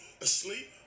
Asleep